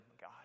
God